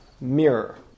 mirror